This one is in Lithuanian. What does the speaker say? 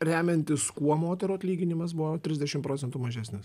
remiantis kuo moterų atlyginimas buvo trisdešim procentų mažesnis